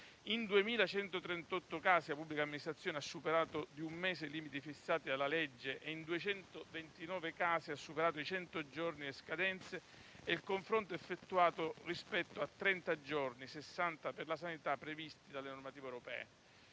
in 2.138 casi la pubblica amministrazione ha superato di un mese i limiti fissati dalla legge e in 229 casi ha superato di cento giorni le scadenze e il confronto è effettuato rispetto ai trenta giorni, sessanta per la sanità, previsti dalla normativa europea.